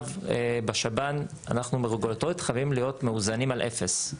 אנחנו חייבים להיות מאוזנים על אפס.